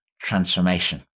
transformation